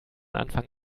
anfang